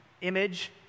image